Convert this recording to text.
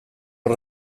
hor